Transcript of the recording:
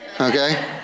Okay